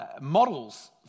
models